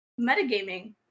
metagaming